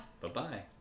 Bye-bye